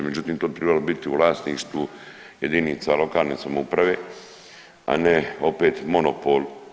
Međutim, to bi tribalo biti u vlasništvu jedinica lokalne samouprave, a ne opet monopol.